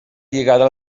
lligada